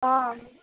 অঁ